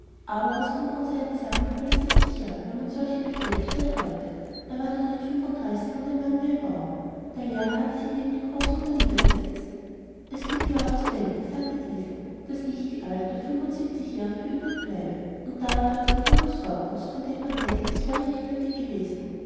aber was kann unsereins sagen mit bald siebzig jahren wenn man solche begräbt wie den heute er war noch nicht fünfunddreißig und ein mann wie ein baum der lehrer hatte sich neben die großmutter niedergesetzt es gibt mir auch zu denken sagte diese daß ich eine alte fünfundsiebzigjährige übrig bleibe und da und dort ein junges fort muß von dem man denkt es wäre noch nötig gewesen